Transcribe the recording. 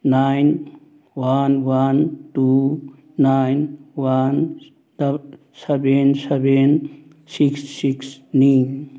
nine one one two nine one seven seven six ꯁꯤꯛꯁꯅꯤ